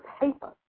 paper